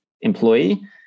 employee